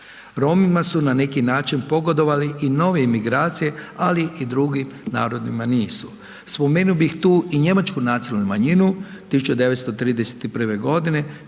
Romima su na neki način pogodovale i nove emigracije, ali i drugim narodima nisu. Spomenuo bih tu i njemačku nacionalnu manjinu, 1931.g.